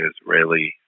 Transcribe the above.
Israeli